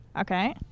Okay